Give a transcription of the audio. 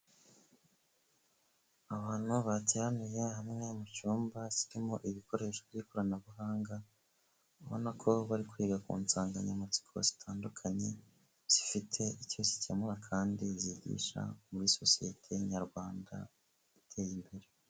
Abantu bateraniye hamwe mu cyumba kirimo ibikoresho by'ikoranabuhanga, ubona ko bari kwiga ku nsanganyamatsiko zitandukanye, zifite icyo zikemura kandi zigisha muri sosiyete nyarwanda iteye imbere.